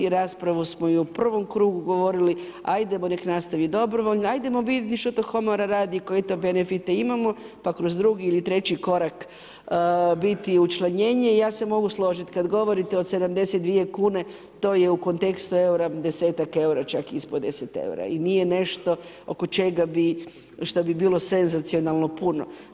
Raspravu smo i u prvom krugu govorili, ajdemo nek nastavi dobrovoljno, ajdemo vidjeti što to komora radi, koje to benefite imamo pa kroz drugi ili treći korak biti učlanjenje i ja se mogu složit kad govorite o 72 kune, to je u kontekstu eura 10ak eura, čak ispod 10 eura i nije nešto što bi bilo senzacionalno puno.